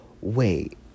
wait